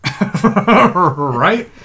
right